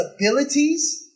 abilities